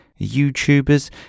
YouTubers